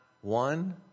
one